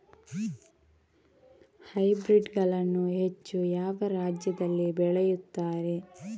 Hybrid ಗಳನ್ನು ಹೆಚ್ಚು ಯಾವ ರಾಜ್ಯದಲ್ಲಿ ಬೆಳೆಯುತ್ತಾರೆ?